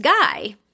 guy